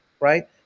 right